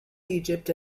egypt